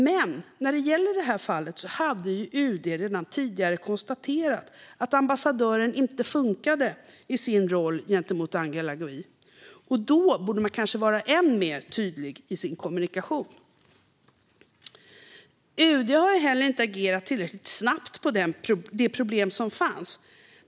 Men i det här fallet hade ju UD redan tidigare konstaterat att ambassadören inte funkade i sin roll gentemot Angela Gui, och då borde de kanske varit än mer tydliga i sin kommunikation. UD har inte heller agerat tillräckligt snabbt på de problem som fanns.